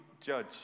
judge